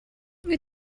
wyt